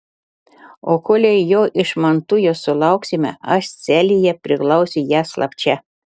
o kolei jo iš mantujos sulauksime aš celėje priglausiu ją slapčia